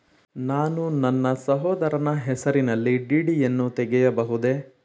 ನಾನು ನನ್ನ ಸಹೋದರನ ಹೆಸರಿನಲ್ಲಿ ಡಿ.ಡಿ ಯನ್ನು ತೆಗೆಯಬಹುದೇ?